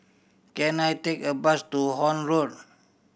can I take a bus to Horne Road